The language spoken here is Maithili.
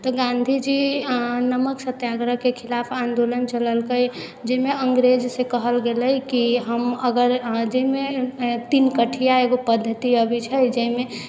तऽ गाँधीजी नमक सत्याग्रहके खिलाफ आन्दोलन चलेलकै जाहिमे अङ्गरेजसँ कहल गेलै कि हम अगर अहाँ जाहिमे तीनकठिआ एगो पद्धति अबै छै जाहिमे खेत